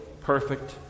perfect